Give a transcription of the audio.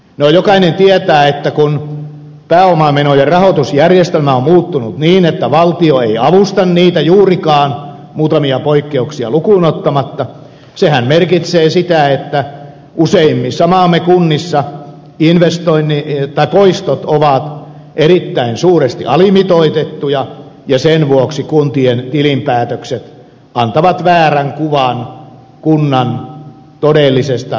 no jokainen tietää että kun pääomamenojen rahoitusjärjestelmä on muuttunut niin että valtio ei avusta niitä juurikaan muutamia poikkeuksia lukuun ottamatta sehän merkitsee sitä että useimmissa maamme kunnissa poistot ovat erittäin suuresti alimitoitettuja ja sen vuoksi kuntien tilinpäätökset antavat väärän kuvan kunnan todellisesta taloudellisesta tilanteesta